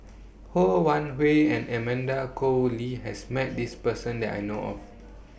Ho Wan Hui and Amanda Koe Lee has Met This Person that I know of